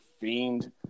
fiend